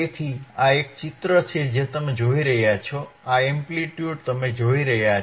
તેથી આ એક ચિત્ર છે જે તમે જોઈ રહ્યા છો આ એમ્પ્લિટ્યુડ તમે જોઈ રહ્યા છો